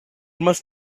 must